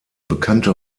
bekannte